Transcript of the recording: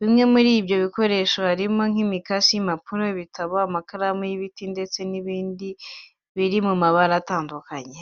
Bimwe muri ibyo bikoresho harimo nk'imikasi, impapuro, ibitabo, amakaramu y'ibiti ndetse n'ibindi biri mu mabara atandukanye.